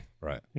Right